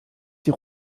die